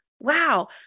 Wow